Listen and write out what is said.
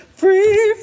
free